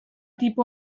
tipo